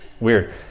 Weird